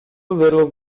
little